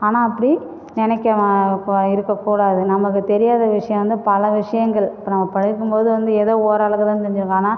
ஆனால் அப்படி நெனைக்கலாம் இருக்கக் கூடாது நமக்குத் தெரியாத விஷயம் வந்து பல விஷயங்கள் இப்போது நான் படிக்கும்போது வந்து ஏதோ ஓரளவு தான் தெரிஞ்சிருக்கும் ஆனால்